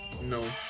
No